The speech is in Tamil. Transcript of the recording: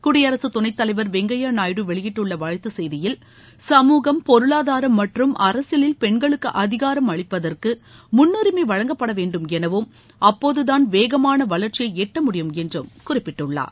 குடியரகத் துணைத்தலைவர் வெங்கையா நாயுடு வெளியிட்டுள்ள வாழ்த்துச் செய்தியில் சமூகம் பொருளாதாரம் மற்றும் அரசியலில் பெண்களுக்கு அதிகாரம் அளிப்பதற்கு முன்னுரிமை வழங்கப்படவேண்டும் எனவும் அப்போதுதான் வேகமான வளர்ச்சியை எட்ட முடியும் என்றும் குறிப்பிட்டுள்ளார்